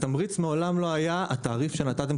התמריץ מעולם לא היה התעריף שנתתם